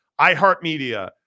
iHeartMedia